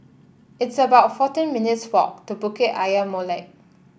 it's about fourteen minutes' walk to Bukit Ayer Molek